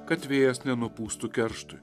kad vėjas nenupūstų kerštui